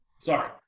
Sorry